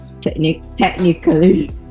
Technically